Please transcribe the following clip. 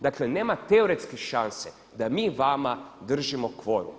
Dakle nema teoretske šanse da mi vama držimo kvorum.